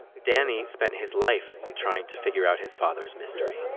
danny spent his life trying to figure out his father's mystery